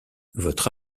votre